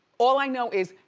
all i know is,